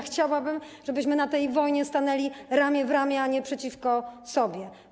Chciałabym, żebyśmy na tej wojnie stanęli ramię w ramię, a nie przeciwko sobie.